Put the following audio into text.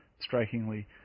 strikingly